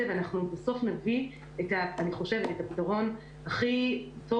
ואנחנו בסוף נביא אני חושבת את הפתרון הכי טוב,